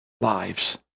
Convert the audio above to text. lives